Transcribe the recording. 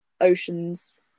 oceans